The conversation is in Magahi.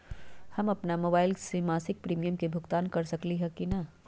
हम अपन मोबाइल से मासिक प्रीमियम के भुगतान कर सकली ह की न?